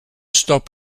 stop